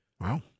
Wow